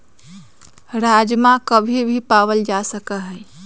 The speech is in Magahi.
राजमा कभी भी पावल जा सका हई